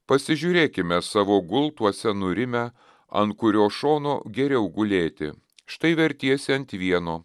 pasižiūrėkime savo gultuose nurimę ant kurio šono geriau gulėti štai vertiesi ant vieno